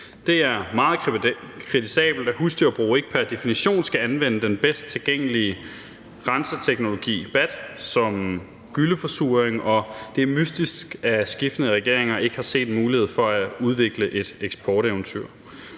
Det er meget kritisabelt, at husdyrbrug ikke pr. definition skal anvende den bedst tilgængelige renseteknologi, BAT, som gylleforsuring, og det er mystisk, at skiftende regeringer ikke har set en mulighed for at udvikle et eksporteventyr.